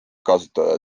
kasutada